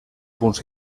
punts